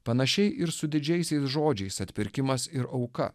panašiai ir su didžiaisiais žodžiais atpirkimas ir auka